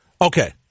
Okay